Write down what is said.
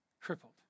crippled